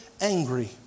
angry